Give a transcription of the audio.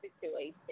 situation